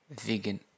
vegan